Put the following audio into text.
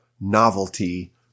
novelty